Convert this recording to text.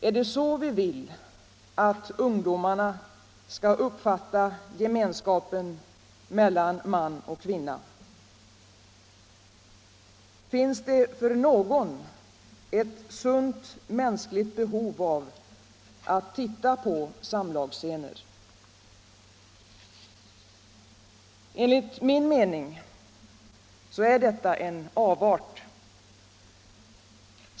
Är det så vi vill att ungdomarna skall uppfatta gemenskapen mellan man och kvinna? Finns det för någon ett sunt mänskligt behov av att titta på samlagsscener? Enligt min mening är detta en avart.